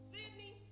Sydney